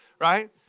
Right